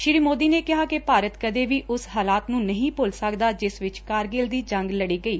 ਸ੍ਸੀ ਮੋਦੀ ਨੇ ਕਿਹਾ ਕਿ ਭਾਰਤ ਕਦੇ ਵੀ ਉਸ ਹਾਲਾਤ ਨੂੰ ਨਹੀ ਭੁੱਲ ਸਕਦਾ ਜਿਸ ਵਿਚ ਕਾਰਗਿਲ ਦੀ ਜੰਗ ਲੜੀ ਗਈ